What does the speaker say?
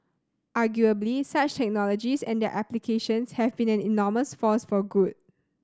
arguably such technologies and their applications have been an enormous force for good